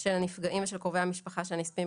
של הנפגעים ושל קרובי המשפחה של הנספים